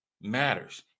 matters